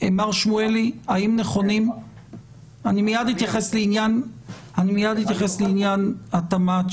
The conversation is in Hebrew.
אני מיד אתייחס לעניין התמ"ת,